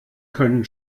können